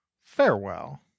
farewell